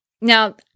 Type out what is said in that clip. Now